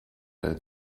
eine